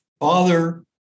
father